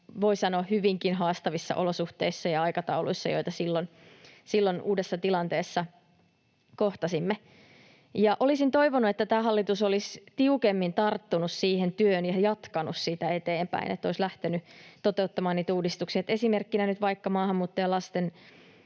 voi sanoa hyvinkin haastavissa olosuhteissa ja aikatauluissa, joita silloin uudessa tilanteessa kohtasimme. Olisin toivonut, että tämä hallitus olisi tiukemmin tarttunut siihen työhön ja jatkanut sitä eteenpäin, olisi lähtenyt toteuttamaan niitä uudistuksia. Esimerkiksi nyt vaikka maahanmuuttajalasten